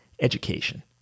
education